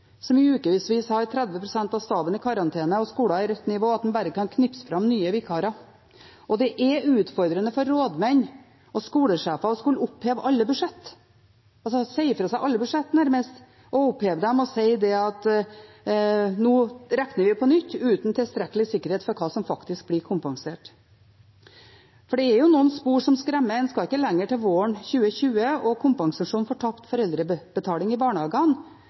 som i ukevis har 30 pst. av staben i karantene og skolen på rødt nivå, at en bare kan knipse fram nye vikarer. Og det er utfordrende for rådmenn og skolesjefer å skulle oppheve alle budsjett – å si fra seg alle budsjett nærmest, oppheve dem og si at nå regner vi på nytt – uten tilstrekkelig sikkerhet for hva som faktisk blir kompensert. For det er noen spor som skremmer. En skal ikke lenger tilbake enn til våren 2020 og kompensasjon for tapt foreldrebetaling i barnehagene,